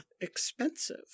expensive